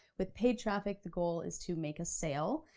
with paid traffic the goal is to make a sale,